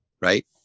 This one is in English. Right